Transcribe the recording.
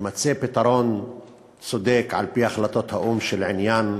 יימצא פתרון צודק על-פי החלטות האו"ם של עניין הפליטים,